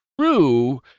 true